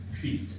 feet